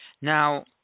Now